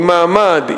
עם מעמד,